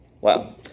Wow